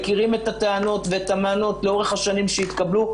מכירים את הטענות ואת המענות לאורך השנים שהתקבלו.